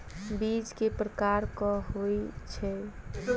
बीज केँ प्रकार कऽ होइ छै?